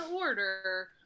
order